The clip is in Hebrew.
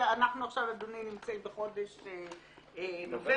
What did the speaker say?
אנחנו נמצאים עכשיו בחודש נובמבר.